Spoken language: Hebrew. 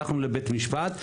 הלכנו לבית משפט.